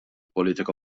politika